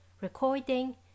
Recording